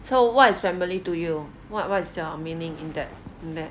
so what is family to you what what's your meaning in that in that